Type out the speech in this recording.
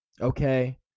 okay